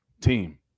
team